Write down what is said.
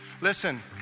Listen